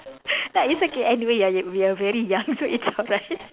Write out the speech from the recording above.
nah it's okay anyway you are we are very young so it's alright